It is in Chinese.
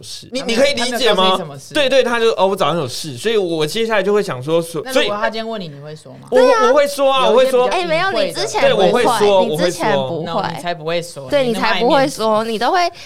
事。你- 你可以他没有- 他没有理解告诉你吗？什么事。对- 对，他就，“哦，我早上有事。”所以我接下来就会想说，说-那如果所以-他今天问你，你会说吗？我-对啊。我会说啊，有一些我会说。比较哎，没有，隐晦你之前的。不会，对，我会说，你之前不会。我会说。No，你才不会说，对，你你那么才爱面子。不会说，你都会